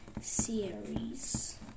series